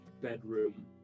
bedroom